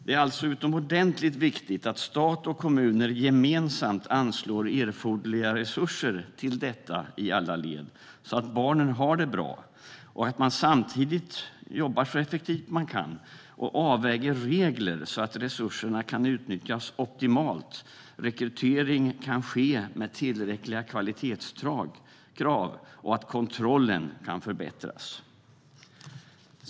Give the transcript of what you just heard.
Det är alltså utomordentligt viktigt att stat och kommuner gemensamt anslår erforderliga resurser till detta i alla led, så att barnen har det bra, och att man samtidigt jobbar så effektivt man kan och avväger regler så att resurserna kan utnyttjas optimalt, rekrytering ske med tillräckliga kvalitetskrav och kontrollen förbättras.